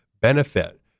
benefit